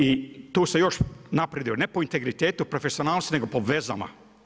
I tu se još napreduje, ne po integritetu, profesionalnosti nego po vezama.